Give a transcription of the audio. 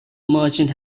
merchant